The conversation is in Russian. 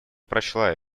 прочла